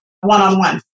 one-on-one